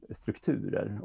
strukturer